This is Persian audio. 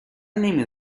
نمی